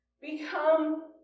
become